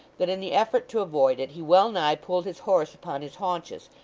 that in the effort to avoid it he well-nigh pulled his horse upon his haunches,